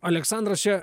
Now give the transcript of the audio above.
aleksandras čia